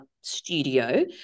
studio